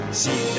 see